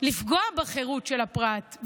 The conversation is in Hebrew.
לפגוע בחירות של הפרט,